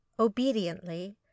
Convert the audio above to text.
Obediently